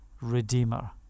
redeemer